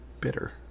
bitter